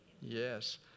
Yes